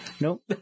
Nope